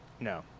No